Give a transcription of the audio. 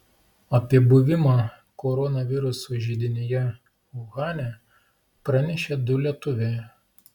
apie buvimą koronaviruso židinyje uhane pranešė du lietuviai